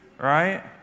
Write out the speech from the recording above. right